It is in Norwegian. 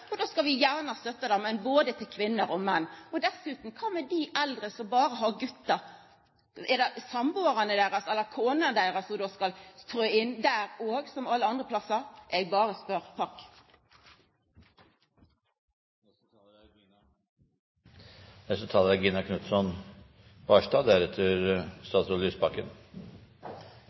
og då skal vi gjerne støtta det, men då skal det gjelda både kvinner og menn. Og kva med dei eldre som berre har gutar? Er det sambuarane deira eller konene deira som skal trø inn der òg, som alle andre plassar? Eg berre spør.